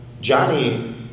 Johnny